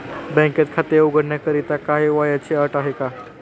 बँकेत खाते उघडण्याकरिता काही वयाची अट आहे का?